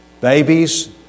babies